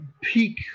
peak